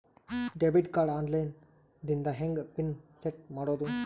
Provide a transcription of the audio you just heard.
Debit card on ಲೈನ್ ದಿಂದ ಹೆಂಗ್ ಪಿನ್ ಸೆಟ್ ಮಾಡೋದು?